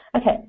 Okay